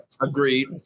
Agreed